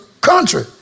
country